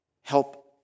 help